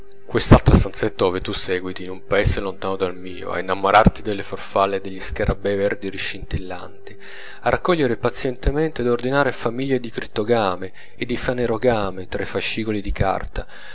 quest'altra stanzetta ove tu seguiti in un paese lontano dal mio a innamorarti delle farfalle e degli scarabei verdi riscintillanti a raccogliere pazientemente e ad ordinare famiglie di crittogame o di fanerogame tra fascicoli di carta